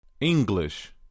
English